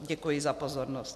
Děkuji za pozornost.